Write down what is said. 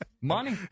Money